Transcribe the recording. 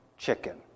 chicken